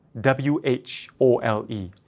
W-H-O-L-E